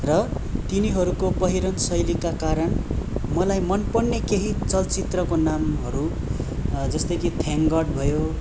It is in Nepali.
र तिनीहरूको पहिरन शैलीका कारण मलाई मन पर्ने केही चलचित्रको नामहरू जस्तै कि थ्याङ्क गड भयो